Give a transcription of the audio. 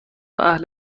اهل